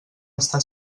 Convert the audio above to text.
està